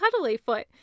Cuddlyfoot